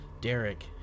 Derek